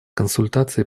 консультации